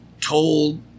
told